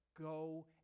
go